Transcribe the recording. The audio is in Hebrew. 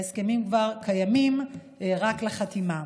ההסכמים כבר קיימים, רק חתימה.